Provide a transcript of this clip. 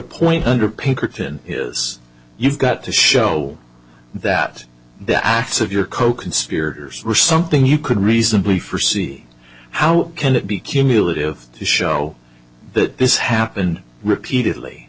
point under pinkerton is you've got to show that the acts of your coconspirators were something you could reasonably forsee how can it be cumulative to show that this happened repeatedly